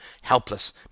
helpless